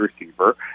receiver